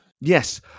Yes